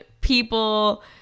people